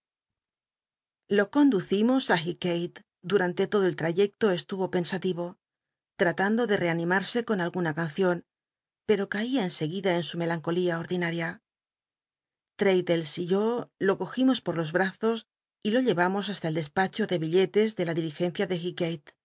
lo conducimos t llighgalc durante lodo el hn ycclo estuvo pensativo tratando de rcrmimarse con alguna cancion pero caia en seguida en su melancolía ordinaria azos y lo l'raddlcs y yo jo cogimos por los b llevamos hasta el despacho de billetes de la diligencia de h